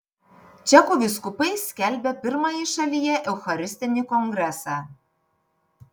čekų vyskupai skelbia pirmąjį šalyje eucharistinį kongresą